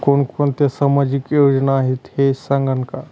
कोणकोणत्या सामाजिक योजना आहेत हे सांगाल का?